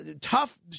tough